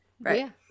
Right